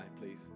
please